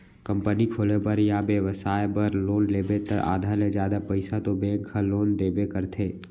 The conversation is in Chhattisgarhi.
कंपनी खोले बर या बेपसाय बर लोन लेबे त आधा ले जादा पइसा तो बेंक ह लोन देबे करथे